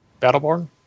battleborn